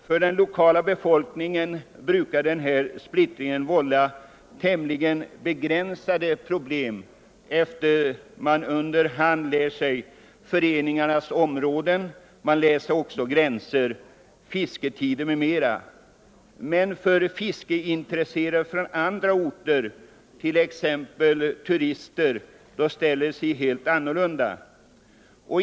För den lokala befolkningen brukar denna splittring vålla tämligen begränsade problem, eftersom man under hand lär sig föreningarnas områden, gränser, fisketider m.m. För fiskeintresserade från andra orter, t.ex. turister, ställer det sig annorlunda.